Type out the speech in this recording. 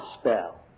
spell